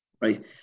right